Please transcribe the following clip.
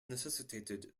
necessitated